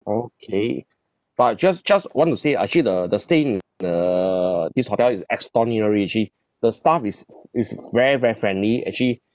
okay but just just want to say uh actually the the stay in the this hotel is extraordinary actually the staff is is very very friendly actually